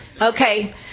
Okay